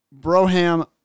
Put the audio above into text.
Broham